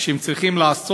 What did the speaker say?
שהם צריכים לעסוק